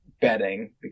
bedding